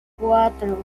cuatro